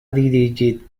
dirigit